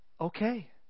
okay